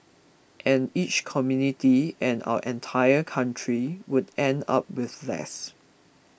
and each community and our entire country would end up with less